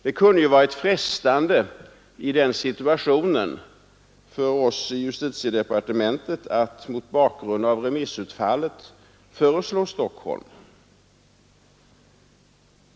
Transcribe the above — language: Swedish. Det kunde ha varit frestande för oss i justitiedepartementet att i den situationen, mot bakgrund av remissutfallet, föreslå Stockholm.